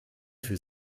für